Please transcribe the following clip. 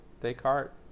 descartes